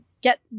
Get